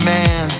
Man